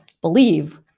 believe